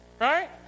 right